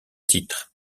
titre